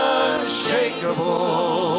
unshakable